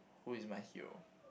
who is my hero